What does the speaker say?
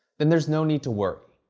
then there's no need to worry.